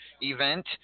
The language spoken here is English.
event